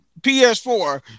PS4